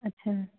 ਅੱਛਾ